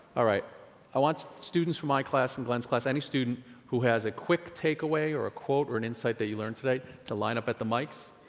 ah i want students from my class and glenn's class, any student who has a quick take away or a quote or an insight that you learned today to line up at the mics.